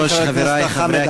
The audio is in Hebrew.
לא, שים אותי אחרון.